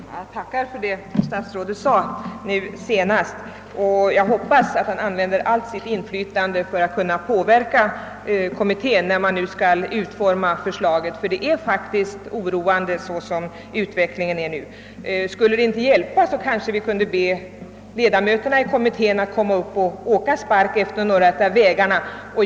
Herr talman! Jag tackar för det positiva i herr statsrådets senaste yttrande. Jag hoppas att herr statsrådet använder allt sitt inflytande för att påverka kommittén vid utformningen av bestämmelserna. Den pågående utvecklingen är faktiskt oroande. Som en yttersta åtgärd kanske vi kunde be ledamöterna i kommittén att komma upp och åka spark efter några av vägarna.